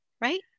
Right